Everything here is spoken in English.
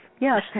Yes